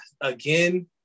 again